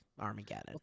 Armageddon